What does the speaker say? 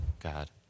God